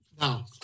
Now